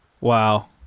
wow